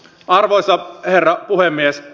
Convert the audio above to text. arvoisa herra puhemies